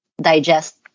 digest